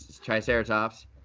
Triceratops